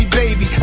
baby